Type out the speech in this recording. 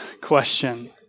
question